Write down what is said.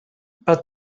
but